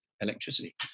electricity